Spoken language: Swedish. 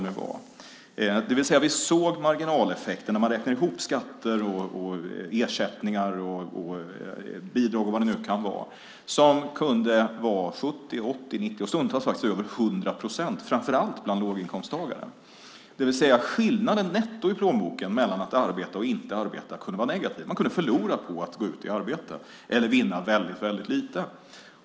När man räknar ihop skatter, ersättning och bidrag såg vi marginaleffekter som kunde vara 70, 80, 90 och stundtals faktiskt över 100 procent, framför allt bland låginkomsttagare. Skillnaden netto i plånboken mellan att arbeta och inte arbeta kunde vara negativ. Man kunde förlora på att gå ut i arbete eller vinna väldigt lite.